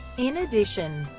in addition,